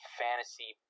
fantasy